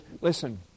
listen